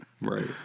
right